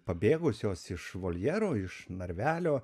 pabėgusios iš voljero iš narvelio